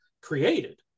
created